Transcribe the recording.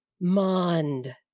Mond